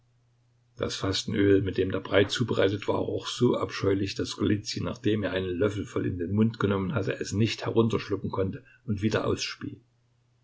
das fastenöl mit dem der brei zubereitet war roch so abscheulich daß golizyn nachdem er einen löffel voll in den mund genommen hatte es nicht herunterschlucken konnte und wieder ausspie